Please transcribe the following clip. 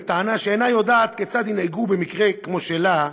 בטענה שאינה יודעת כיצד ינהגו במקרה כמו שלה,